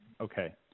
Okay